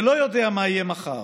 ולא יודע מה יהיה מחר,